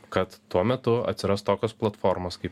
kad tuo metu atsiras tokios platformos kaip